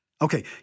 Okay